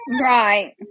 Right